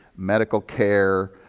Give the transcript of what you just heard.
medical care,